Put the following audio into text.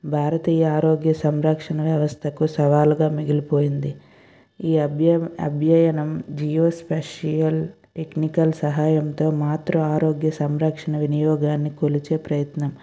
భారతీయ ఆరోగ్య సంరక్షణ వ్యవస్థకు సవాలుగా మిగిలిపోయింది ఈ అభ్య అభ్యయనం జియో స్పేషియల్ టెక్నికల్ సహాయంతో మాతృ ఆరోగ్య సంరక్షణ వినియోగాన్ని కొలిచే ప్రయత్నం